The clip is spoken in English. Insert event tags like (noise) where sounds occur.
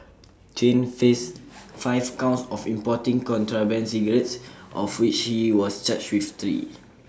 Chen faced (noise) five counts of importing contraband cigarettes of which he was charged with three